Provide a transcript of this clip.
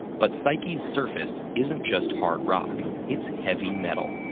but psyche's surface isn't just hard rock it's heavy metal.